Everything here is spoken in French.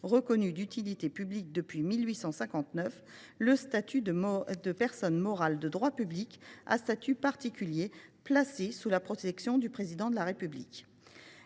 reconnue d’utilité publique depuis 1859, le statut de personne morale de droit public à statut particulier, placée sous la protection du Président de la République